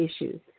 issues